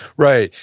right.